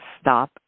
stop